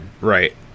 right